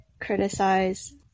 criticize